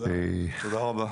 תודה רבה.